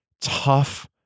tough